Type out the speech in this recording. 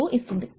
ఇస్తుంది